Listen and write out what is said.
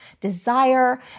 desire